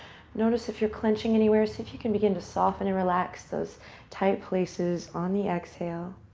notice if you're clenching anywhere. see if you can begin to soften and relax those tight places on the exhale.